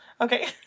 okay